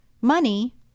money